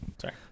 Sorry